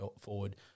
forward